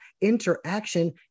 interaction